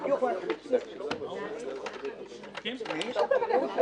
(הישיבה נפסקה בשעה 11:50 ונתחדשה בשעה